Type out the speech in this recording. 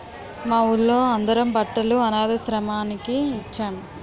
మా వూళ్ళో అందరం బట్టలు అనథాశ్రమానికి ఇచ్చేం